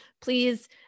Please